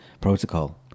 protocol